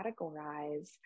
categorize